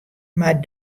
mar